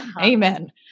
amen